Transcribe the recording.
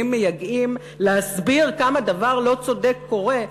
מייגעים להסביר כמה דבר לא צודק קורה,